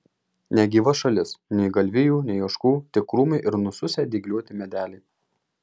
negyva šalis nei galvijų nei ožkų tik krūmai ir nususę dygliuoti medeliai